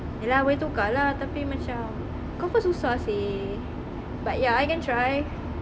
ye lah boleh tukar lah tapi macam confirm susah seh but ya I can try